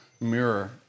mirror